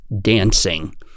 dancing